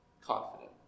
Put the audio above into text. confident